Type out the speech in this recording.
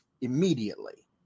immediately